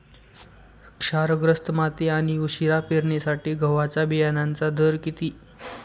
क्षारग्रस्त माती आणि उशिरा पेरणीसाठी गव्हाच्या बियाण्यांचा दर किती?